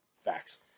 Facts